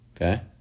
Okay